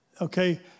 Okay